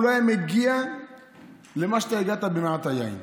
לא היה מגיע למה שאתה הגעת במעט היין.